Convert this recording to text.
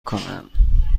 کنند